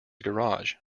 garage